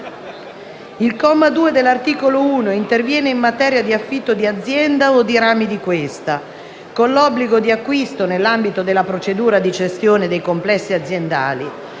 Il comma 2 dell'articolo 1 interviene in materia di affitto di azienda o di rami di questa, con obbligo di acquisto nell'ambito della procedura di cessione dei complessi aziendali.